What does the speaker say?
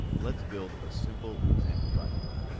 let's build a simple example diagram.